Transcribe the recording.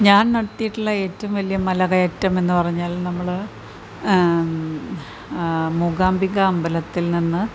ഞാൻ നടത്തിയിട്ടുള്ള ഏറ്റവും വലിയ മലകയറ്റമെന്നു പറഞ്ഞാൽ നമ്മൾ മൂകാംബിക അമ്പലത്തിൽ നിന്ന്